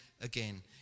again